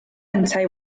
yntau